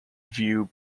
view